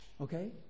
Okay